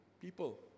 people